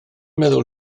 meddwl